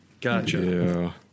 Gotcha